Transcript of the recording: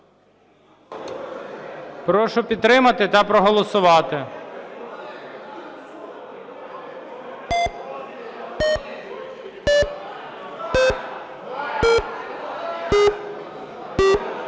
Прошу підтримати та проголосувати.